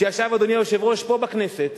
שישב, אדוני היושב-ראש, פה בכנסת,